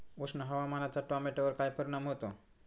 उष्ण हवामानाचा टोमॅटोवर काय परिणाम होतो?